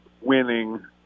winning